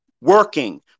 Working